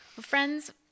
friends